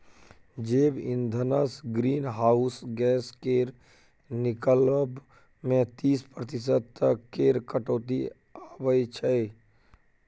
जैब इंधनसँ green house gas केर निकलब मे तीस प्रतिशत तक केर कटौती आबय छै